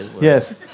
Yes